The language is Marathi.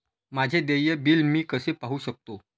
माझे देय बिल मी कसे पाहू शकतो?